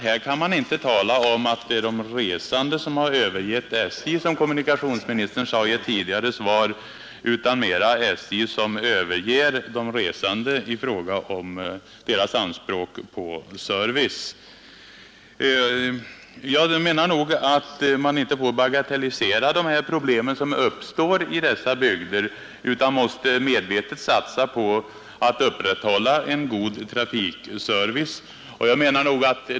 Här kan man inte tala om att det är de resande som överger SJ, såsom kommunikationsministern sade i ett tidigare svar, utan att det är SJ som överger de resande i fråga om deras anspråk på service. Man får inte bagatellisera de problem som uppstår i dessa bygder utan man måste medvetet satsa på att upprätthålla en god trafikservice.